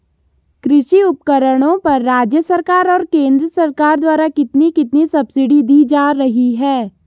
कृषि उपकरणों पर राज्य सरकार और केंद्र सरकार द्वारा कितनी कितनी सब्सिडी दी जा रही है?